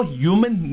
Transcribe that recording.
human